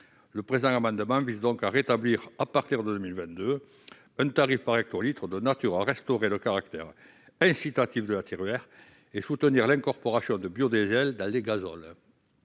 Cet amendement vise donc à rétablir, à partir de 2022, un tarif par hectolitre de nature à restaurer le caractère incitatif de la Tiruert et à soutenir l'incorporation de biodiesel dans les gazoles.